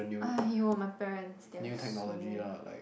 !aiyo! my parents they are so